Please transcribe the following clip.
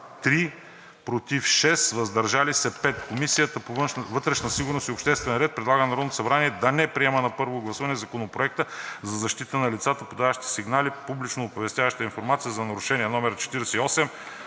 „против“, „въздържал се“ – 10, Комисията по вътрешна сигурност и обществен ред предлага на Народното събрание да не приеме на първо гласуване Законопроект за защита на лицата, подаващи сигнали или публично оповестяващи информация за нарушения, №